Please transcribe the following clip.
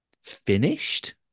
finished